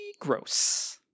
gross